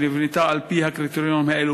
שנבנתה על-פי הקריטריונים האלה,